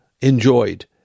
enjoyed